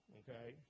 okay